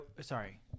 Sorry